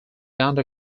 under